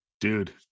Dude